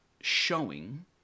showing